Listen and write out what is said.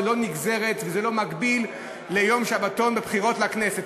זה לא נגזרת וזה לא מקביל ליום שבתון בבחירות לכנסת.